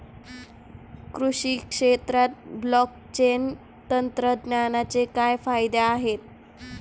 कृषी क्षेत्रात ब्लॉकचेन तंत्रज्ञानाचे काय फायदे आहेत?